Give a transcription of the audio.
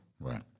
Right